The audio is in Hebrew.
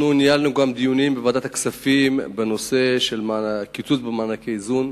אנחנו ניהלנו גם דיונים בוועדת הכספים בנושא של קיצוץ במענקי האיזון,